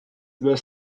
were